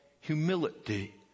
Humility